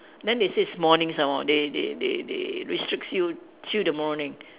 then they say is morning some more they they they they restricts you to the morning